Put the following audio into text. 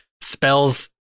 spells